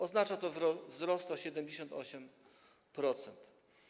Oznacza to wzrost o 78%.